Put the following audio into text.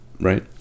right